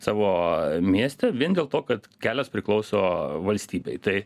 savo mieste vien dėl to kad kelias priklauso valstybei tai